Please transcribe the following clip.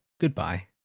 goodbye